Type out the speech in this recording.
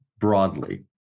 broadly